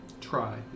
Try